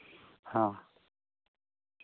ᱦᱮᱸ